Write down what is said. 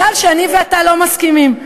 מזל שאני ואתה לא מסכימים.